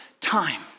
time